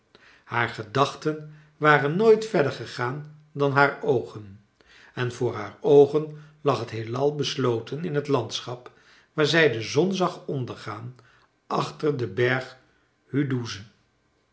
haar gedachten waren nooit verder gegaan dan haar oogen en voor haar oogen lag het heelal besloten in het landschap waar zij de zon zag ondergaan achter den berg hudouze